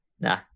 Nah